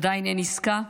עדיין אין עסקה,